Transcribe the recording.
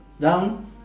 down